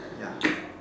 ya